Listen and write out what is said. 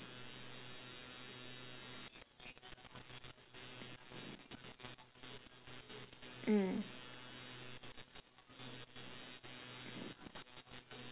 mm